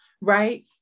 right